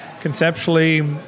conceptually